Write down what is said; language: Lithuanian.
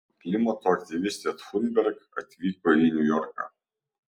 klimato aktyvistė thunberg atvyko į niujorką